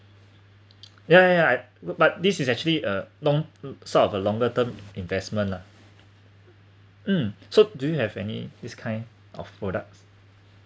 yea yea yea I would but this is actually a long sort of a longer term investment lah mm so do you have any this kind of products